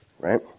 Right